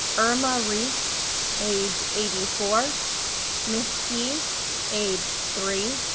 irma reese age eighty four miss he age three,